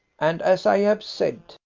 and as i have said,